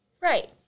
Right